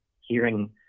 hearing